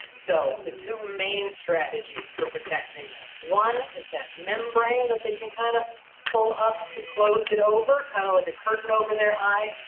so the two main strategies for protecting them, one is that membrane that they can kind of pull up to close it over, kind of like a curtain over their eye.